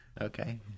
Okay